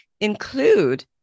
Include